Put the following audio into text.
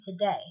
today